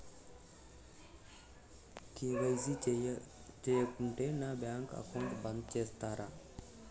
KYC చేయకుంటే నా bank account బంద్ చేస్తరా?